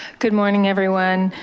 good morning, everyone.